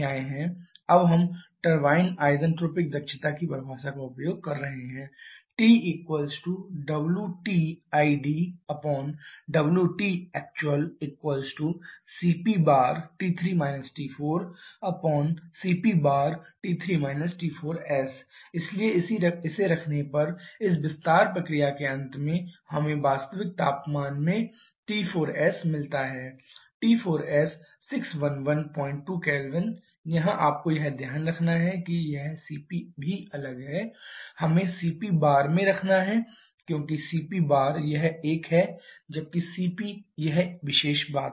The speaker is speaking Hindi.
अब हम टरबाइन आईसेन्ट्रॉपिक दक्षता की परिभाषा का उपयोग कर रहे हैं 𝜂twtidwtactcpT3 T4cpT3 T4s इसलिए इसी रखने पर इस विस्तार प्रक्रिया के अंत में हमें वास्तविक तापमान में T4a मिलता है T4a 6112 Kelvin यहां आपको यह ध्यान रखना है कि यह cpभी अलग है हमें cp बार में रखना है क्योंकि cp बार यह एक है जबकि cp यह विशेष बात है